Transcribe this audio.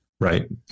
right